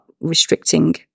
restricting